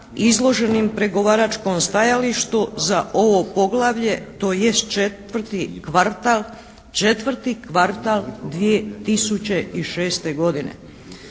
izloženim pregovaračkom stajalištu za ovo poglavlje, tj. četvrti kvartal, četvrti